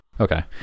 Okay